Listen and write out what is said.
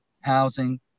housing